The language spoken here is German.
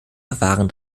verfahren